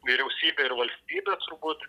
vyriausybė ir valstybė turbūt